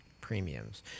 premiums